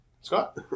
scott